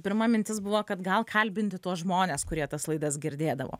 pirma mintis buvo kad gal kalbinti tuos žmones kurie tas laidas girdėdavo